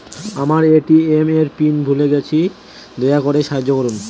আমার এ.টি.এম এর পিন ভুলে গেছি, দয়া করে সাহায্য করুন